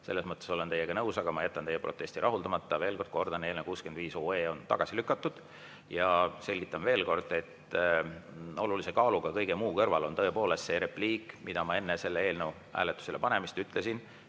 Selles mõttes olen teiega nõus, aga ma jätan teie protesti rahuldamata. Veel kord kordan, et eelnõu 65 on tagasi lükatud. Ja selgitan veel kord, et olulise kaaluga kõige muu kõrval on tõepoolest see repliik, mida ma enne selle eelnõu hääletusele panemist ütlesin,